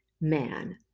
man